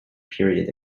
period